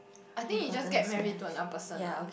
I think he just get married to unperson ah